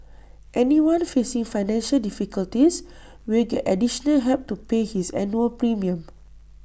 anyone facing financial difficulties will get additional help to pay his annual premium